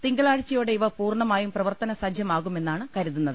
തിങ്കളാഴ്ചയോടെ ഇവ പൂർണ്ണമായും പ്രവർത്തനസജ്ജമാ കുമെന്നാണ് കരുതുന്നത്